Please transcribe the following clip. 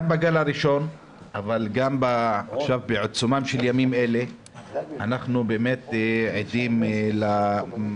גם בגל הראשון וגם בעיצומם של ימים אלה אנחנו עדים למאמצים